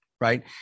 right